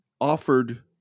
offered